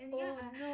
oh no